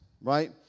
right